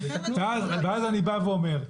ואז אני בא ואומר,